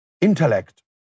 Intellect